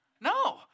No